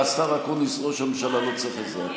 השר אקוניס, ראש הממשלה לא צריך עזרה.